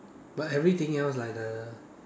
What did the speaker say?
but everything else like the